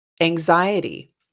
anxiety